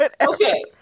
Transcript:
Okay